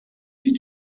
wie